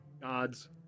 gods